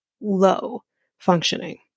low-functioning